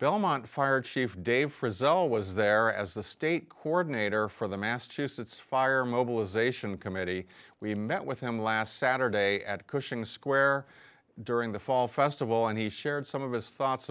belmont fire chief dave result was there as the state coordinator for the massachusetts fire mobilization committee we met with him last saturday at cushing square during the fall festival and he shared some of his thoughts